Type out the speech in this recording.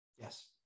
Yes